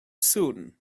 soon